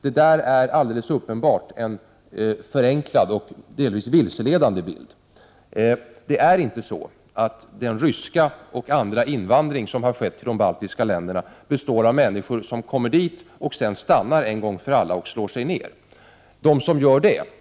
Det är alldeles uppenbart en förenklad och delvis vilseledande bild. Den ryska invandringen och även annan invandring som har skett till de baltiska länderna omfattar inte människor som kommer dit och slår sig ned där för gott. Visserligen finns det människor som gör det.